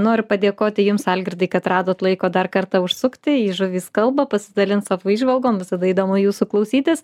noriu padėkoti jums algirdai kad radot laiko dar kartą užsukti į žuvys kalba pasidalint savo įžvalgom visada įdomu jūsų klausytis